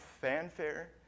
fanfare